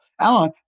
Alan